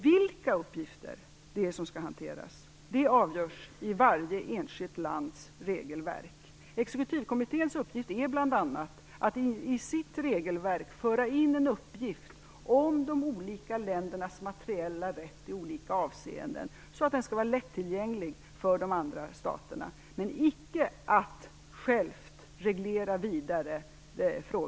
Vilka uppgifter som skall hanteras avgörs i varje enskilt lands regelverk. Exekutivkommitténs uppgift är bl.a. att i sitt regelverk föra in en uppgift om de olika ländernas materiella rätt i olika avseenden, så att den skall vara lättillgänglig för de andra staterna, men icke att själv reglera frågorna vidare.